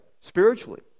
spiritually